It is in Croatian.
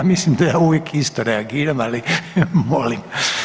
Ja mislim da ja uvijek isto reagiram, ali molim.